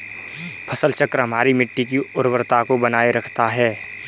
फसल चक्र हमारी मिट्टी की उर्वरता को बनाए रखता है